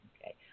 Okay